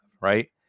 right